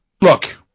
Look